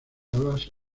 las